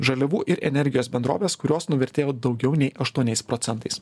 žaliavų ir energijos bendrovės kurios nuvertėjo daugiau nei aštuoniais procentais